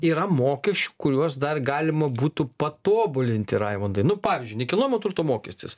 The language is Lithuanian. yra mokesčių kuriuos dar galima būtų patobulinti raimondai nu pavyzdžiui nekilnojamo turto mokestis